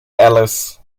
alice